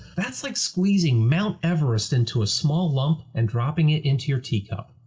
that's like squeezing mount everest into a small lump and dropping it into your tea cup.